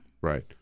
Right